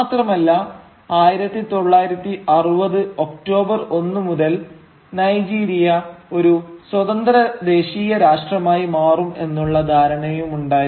മാത്രമല്ല 1960 ഒക്ടോബർ ഒന്നു മുതൽ നൈജീരിയ ഒരു സ്വതന്ത്ര ദേശീയ രാഷ്ട്രമായി മാറും എന്നുള്ള ധാരണയുമുണ്ടായി